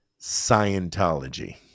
Scientology